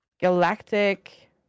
Galactic